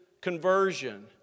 conversion